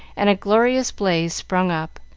and a glorious blaze sprung up,